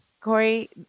Corey